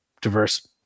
diverse